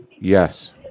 Yes